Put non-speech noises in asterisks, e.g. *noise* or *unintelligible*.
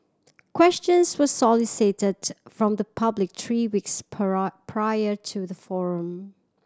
questions were solicited from the public three weeks *unintelligible* prior to the forum